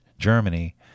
Germany